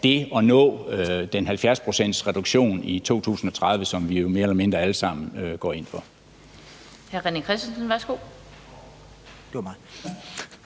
det at nå den 70-procentsreduktion i 2030, som vi jo mere eller mindre alle sammen går ind for.